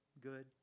good